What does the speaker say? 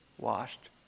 Washed